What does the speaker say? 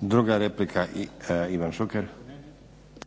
**Stazić, Nenad